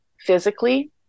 physically